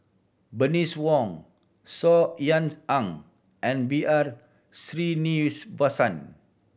Bernice Wong Saw Ean Ang and B R Sreenivasan